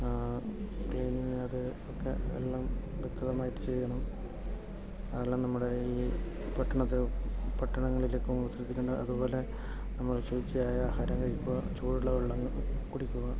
പിന്നെ അത് അങ്ങനെയൊക്കെ വെള്ളം വ്യക്തമായി വെള്ളം നമ്മുടെ കൈയിൽ വെക്കുന്നത് നമുക്ക് പട്ടണങ്ങളിലേക്ക് പോകുമ്പോൾ ശ്രദ്ധിക്കണം അതുപോലെ അതുപോലെ ശുചിയായ ആഹാരം കഴിക്കുക ചൂടുള്ള വെള്ളം കുടിക്കുക